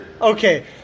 okay